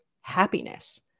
happiness